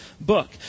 book